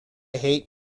hate